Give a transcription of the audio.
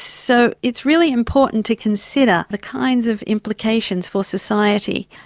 so it's really important to consider the kinds of implications for society.